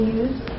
use